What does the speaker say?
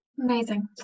amazing